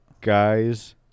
Guys